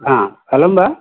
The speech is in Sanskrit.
हा अलं वा